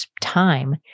time